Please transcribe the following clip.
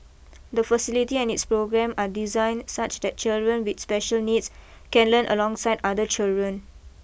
the facility and its programme are designed such that children with special needs can learn alongside other children